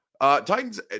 Titans